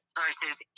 versus